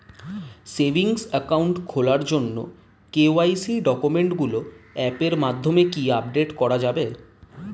Savings account খোলার জন্য KYC ডকুমেন্টগুলো অ্যাপের মাধ্যমে কি আপডেট করা যাবে?